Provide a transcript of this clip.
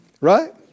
right